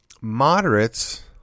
Moderates